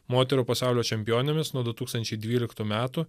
moterų pasaulio čempionėmis nuo du tūkstančiai dvyliktų metų